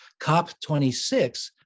COP26